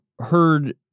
heard